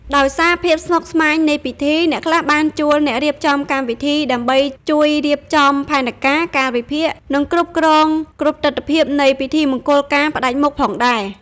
ដោយសារភាពស្មុគស្មាញនៃពិធី អ្នកខ្លះបានជួល អ្នករៀបចំកម្មវិធីដើម្បីជួយរៀបចំផែនការ កាលវិភាគ និងគ្រប់គ្រងគ្រប់ទិដ្ឋភាពនៃពិធីមង្គលការផ្តាច់មុខផងដែរ ។